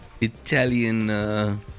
Italian